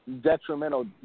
detrimental